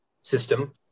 system